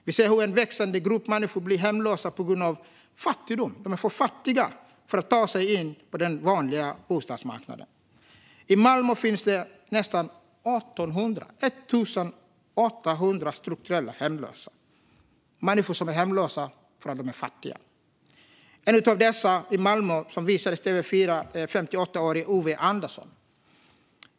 Vi ser hur en växande grupp människor blir hemlösa på grund av fattigdom; de är för fattiga för att ta sig in på den vanliga bostadsmarknaden. I Malmö finns nästan 1 800 strukturellt hemlösa, människor som är hemlösa för att de är fattiga. En av dessa i Malmö, som visades på TV4, är 58-årige Ove Andersson.